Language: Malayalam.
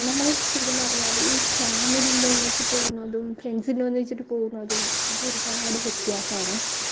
നമ്മൾ ശരിക്കും പറഞ്ഞാൽ ഈ ഫാമിലിൻ്റെ എന്ന് വച്ചാൽ പോവുന്നതും ഫ്രണ്ട്സിൻ്റെ ഒന്നിച്ചിട്ട് പോവുന്നതും അത് ഒരുപാട് വ്യത്യാസമാണ്